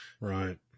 right